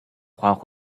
花卉